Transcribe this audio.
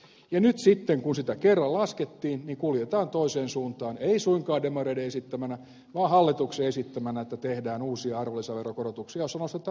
ja nyt sitten kun arvonlisäveroa kerran laskettiin kuljetaan toiseen suuntaan ei suinkaan demareiden esittämänä vaan hallituksen esittämänä että tehdään uusia arvonlisäverokorotuksia joissa nostetaan myös ruuan hintaa